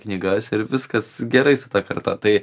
knygas ir viskas gerai su ta karta tai